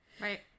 Right